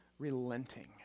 relenting